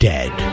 Dead